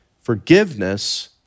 forgiveness